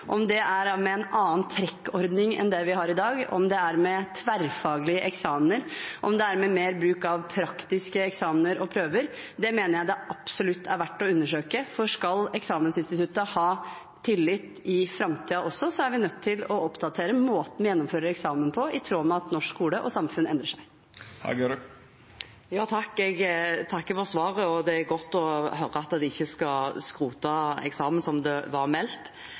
om det er med en annen trekkordning enn vi har i dag, om det er med tverrfaglig eksamen, om det er med mer bruk av praktiske eksamener og prøver – mener jeg er absolutt verdt å undersøke. Skal eksamensinstituttet ha tillit også i framtiden, er vi nødt til å oppdatere måten vi gjennomfører eksamen på, i tråd med at norsk skole og samfunn endrer seg. Jeg takker for svaret. Det er godt å høre at de ikke skal skrote eksamen som det var meldt.